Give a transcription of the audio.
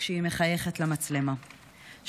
כשהיא מחייכת למצלמה.